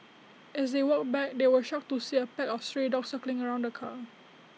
as they walked back they were shocked to see A pack of stray dogs circling around the car